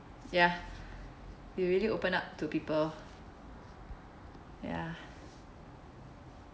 ya you really open up to people ya